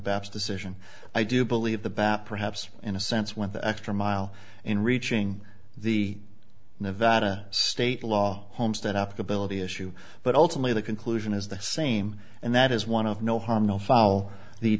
baps decision i do believe the bat perhaps in a sense went the extra mile in reaching the nevada state law homestead up ability issue but ultimately the conclusion is the same and that is one of no harm no foul the